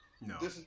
No